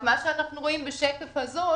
אנחנו רואים בשקף הזה,